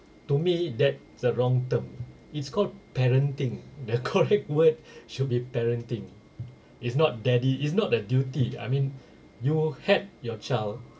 to me that's the wrong term it's called parenting the correct word should be parenting is not daddy is not the duty I mean you had your child